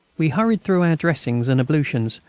we hurried through our dressing and ablutions,